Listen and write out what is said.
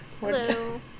Hello